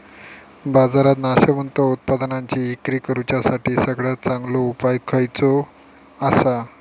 बाजारात नाशवंत उत्पादनांची इक्री करुच्यासाठी सगळ्यात चांगलो उपाय खयचो आसा?